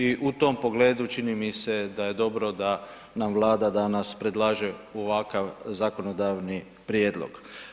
I u tom pogledu, čini mi se, da je dobro da nam vlada danas predlaže ovakav zakonodavni prijedlog.